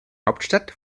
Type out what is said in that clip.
hauptstadt